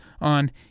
on